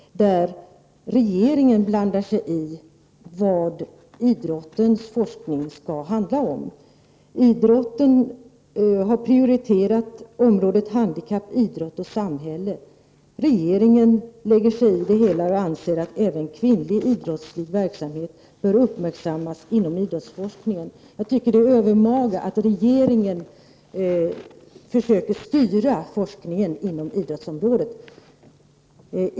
Regeringen blandar sig i vad idrottens forskning skall handla om. Idrotten har prioriterat områdena handikapp, idrott och samhälle. Regeringen lägger sig i det hela och anser att även kvinnlig idrottslig verksamhet bör uppmärksammas inom idrottens forskning. Jag tycker att det är övermaga att regeringen försöker styra forskningen inom idrottsområdet.